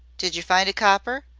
did yer find a copper?